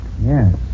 Yes